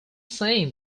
saying